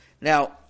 Now